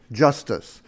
justice